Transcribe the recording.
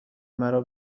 مرا